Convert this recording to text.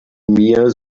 mir